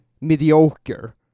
mediocre